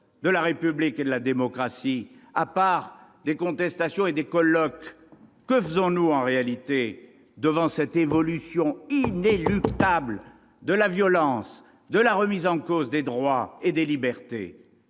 de la République et de la démocratie, à part des contestations et des colloques ? Que faisons-nous, en réalité, devant cette évolution, inéluctable, de la violence, de la remise en cause des droits et des libertés ?